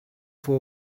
for